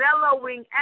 mellowing